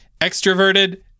Extroverted